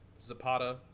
Zapata